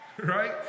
Right